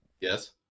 Yes